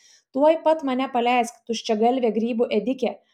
tuoj pat mane paleisk tuščiagalve grybų ėdike